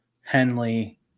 Henley